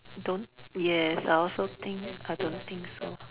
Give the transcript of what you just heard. don't yes I also think I don't think so